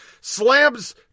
slams